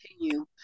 continue